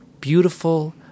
beautiful